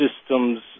system's